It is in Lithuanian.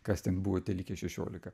kas ten buvo tie likę šešiolika